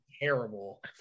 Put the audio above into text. Terrible